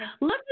look